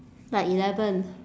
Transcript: like eleven